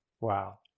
wow